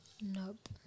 nope